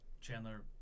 Chandler